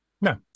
No